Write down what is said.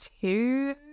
two